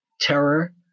terror